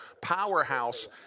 powerhouse